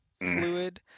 fluid